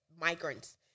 migrants